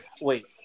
Wait